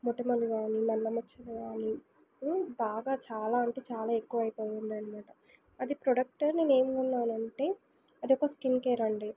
మొటిమలు గానీ నల్ల మచ్చలు గానీ బాగా చాలా అంటే చాలా ఎక్కువ అయిపోయున్నాయనమాట అది ప్రోడక్ట్ నేనేమి కొన్నానంటే అదొక స్కిన్ కేరండి